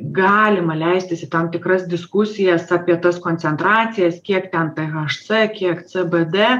galima leistis į tam tikras diskusijas apie tas koncentracijas kiek ten tė haš cė kiek cbd